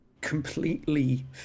completely